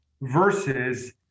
versus